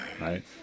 Right